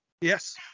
Yes